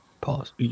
Pause